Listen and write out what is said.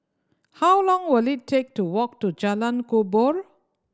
how long will it take to walk to Jalan Kubor